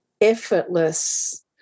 effortless